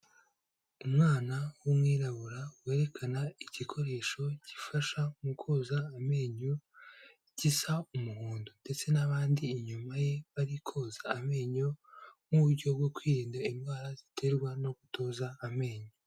Umwana w'umwirabura werekana igikoresho gifasha mu koza amenyo gisa umuhondo, ndetse n'abandi inyuma ye bari koza amenyo nk'uburyo bwo kwirinda indwara ziterwa no kutoza amenyo.